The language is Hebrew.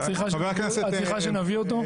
את צריכה שנביא אותו?